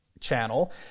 channel